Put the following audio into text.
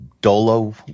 Dolo